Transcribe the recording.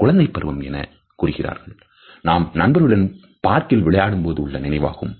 குழந்தை பருவம் எனக் கூறுகின்றனர் நாம் நண்பர்களுடன் பார்க்கில் விளையாடும்போது உள்ள நினைவாகும்